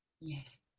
Yes